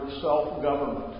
self-government